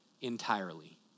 entirely